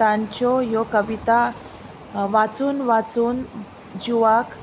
तांच्यो ह्यो कविता वाचून वाचून जिवाक